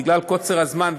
בגלל קוצר הזמן,